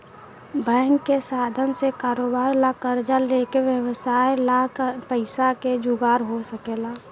bank के साधन से कारोबार ला कर्जा लेके व्यवसाय ला पैसा के जुगार हो सकेला